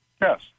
Yes